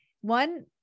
one